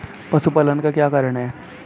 पशुपालन का क्या कारण है?